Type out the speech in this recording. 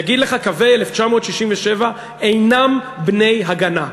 יגיד לך: קווי 1967 אינם בני-הגנה.